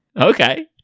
Okay